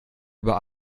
über